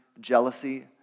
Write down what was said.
jealousy